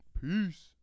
Peace